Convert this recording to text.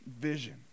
vision